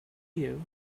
you